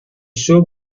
suo